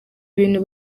ibintu